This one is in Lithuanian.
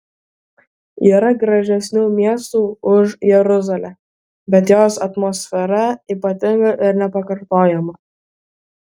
yra gražesnių miestų už jeruzalę bet jos atmosfera ypatinga ir nepakartojama